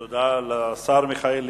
תודה לשר מיכאל איתן.